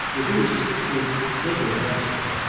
reduced to its naked majesty,